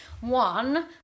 One